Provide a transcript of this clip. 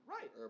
Right